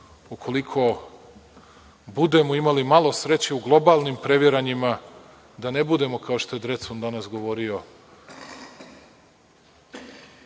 ukoliko budemo imali malo sreće u globalnim previranjima, da ne budemo kao što je Drecun danas govorio